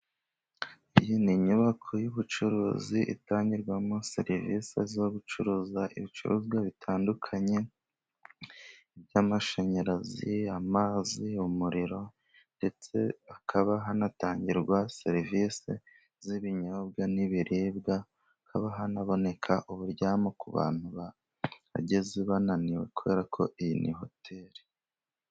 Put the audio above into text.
Iyi ni inyubako y'ubucuruzi itangirwamo serivisi zo gucuruza ibicuruzwa bitandukanye by'amashanyarazi, amazi, umuririro, ndetse hakaba hanatangirwa serivisi z'ibinyobwa n'ibiribwa. Haba hanaboneka uburyamo ku bantu bahageze bananiwe, kubera ko iyi ni hoteri.